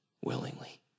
willingly